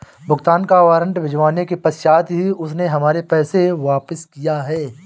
भुगतान का वारंट भिजवाने के पश्चात ही उसने हमारे पैसे वापिस किया हैं